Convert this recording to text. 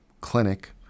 clinic